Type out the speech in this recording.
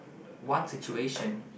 what situation